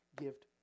gift